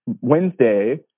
Wednesday